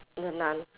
the nun